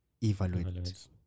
evaluate